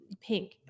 pink